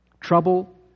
Trouble